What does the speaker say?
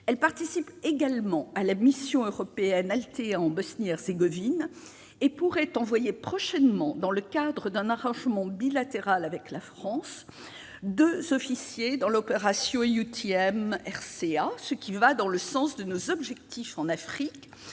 Elle participe également à la mission européenne Althea en Bosnie-Herzégovine et pourrait envoyer prochainement, dans le cadre d'un arrangement bilatéral avec la France, deux officiers au titre de l'opération EUTM RCA, ce qui va dans le sens de nos objectifs en Afrique